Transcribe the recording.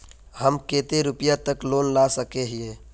हम कते रुपया तक लोन ला सके हिये?